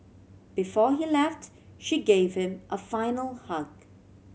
before he left she gave him a final hug